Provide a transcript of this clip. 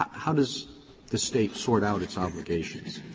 how does the state sort out its obligations?